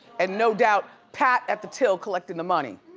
and no doubt, pat at the till collectin' the money.